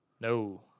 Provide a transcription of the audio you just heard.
No